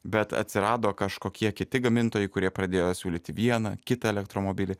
bet atsirado kažkokie kiti gamintojai kurie pradėjo siūlyti vieną kitą elektromobilį